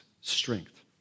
strength